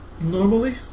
Normally